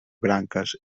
branques